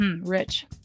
rich